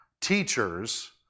teachers